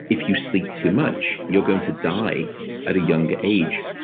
if you sleep too much, you're going to die at a younger age.